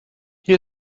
hier